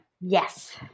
Yes